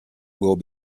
will